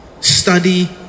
study